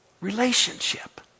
Relationship